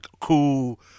cool